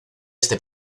este